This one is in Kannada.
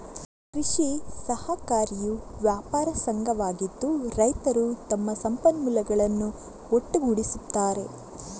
ಕೃಷಿ ಸಹಕಾರಿಯು ವ್ಯಾಪಾರ ಸಂಘವಾಗಿದ್ದು, ರೈತರು ತಮ್ಮ ಸಂಪನ್ಮೂಲಗಳನ್ನು ಒಟ್ಟುಗೂಡಿಸುತ್ತಾರೆ